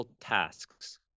tasks